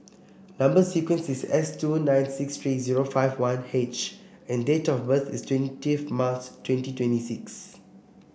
number sequence is S two nine six three zero five one H and date of birth is twentieth March twenty twenty six